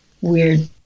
weird